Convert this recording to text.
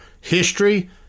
history